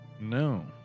No